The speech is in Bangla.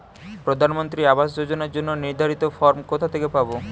প্রধানমন্ত্রী আবাস যোজনার জন্য নির্ধারিত ফরম কোথা থেকে পাব?